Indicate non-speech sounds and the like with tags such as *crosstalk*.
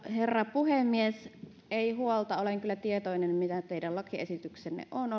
herra puhemies ei huolta olen kyllä tietoinen mikä teidän lakiesityksenne on *unintelligible*